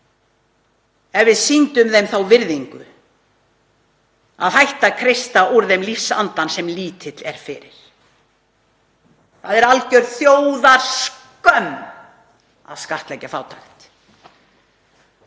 ef við sýndum þeim þá virðingu að hætta að kreista úr þeim lífsandann sem lítill er fyrir. Það er algjör þjóðarskömm að skattleggja fátækt.